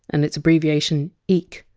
and its abbreviation! eek.